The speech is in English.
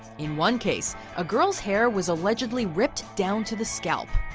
in one case, a girl's hair was allegedly ripped down to the scalp.